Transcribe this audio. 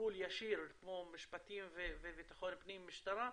לטיפול ישיר כמו משפטים ובטחון פנים, משטרה,